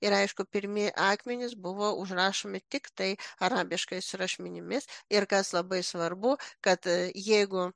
ir aišku pirmieji akmenys buvo užrašomi tiktai arabiškais rašmenimis ir kas labai svarbu kad jeigu